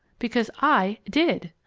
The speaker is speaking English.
because i did!